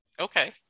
Okay